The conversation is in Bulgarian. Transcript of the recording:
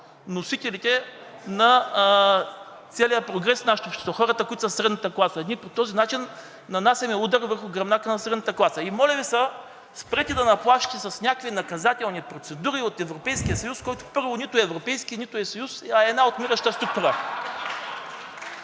носителите на целия прогрес в нашето общество, хората, които са средната класа? Ние по този начин нанасяме удар върху гръбнака на средната класа. И моля Ви се, спрете да ни плашите с някакви наказателни процедури от Европейския съюз, който, първо, нито е европейски, нито е съюз, а е една отмираща структура.